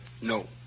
No